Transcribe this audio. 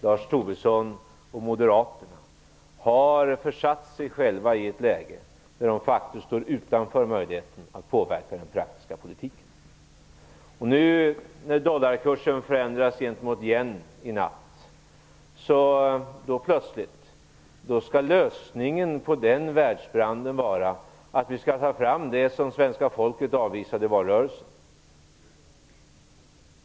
Lars Tobisson och Moderaterna har försatt sig själva i ett läge där de faktiskt står utanför möjligheten att påverka den praktiska politiken. När dollarkursen i natt förändrades gentemot yenen, är lösningen på den världsbranden plötsligt att vi skall ta fram det som svenska folket avvisade i valet.